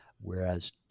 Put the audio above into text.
whereas